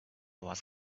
was